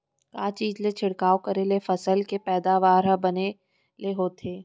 का चीज के छिड़काव करें ले फसल के पैदावार ह बने ले होथे?